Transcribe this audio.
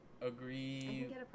agree